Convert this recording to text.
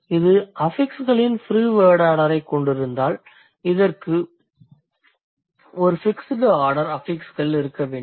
இது அஃபிக்ஸ்களின் free word ஆர்டரைக் கொண்டிருந்தால் இதற்கு ஒரு ஃபிக்ஸ்டு ஆர்டர் அஃபிக்ஸ்கள் இருக்க வேண்டும்